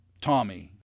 Tommy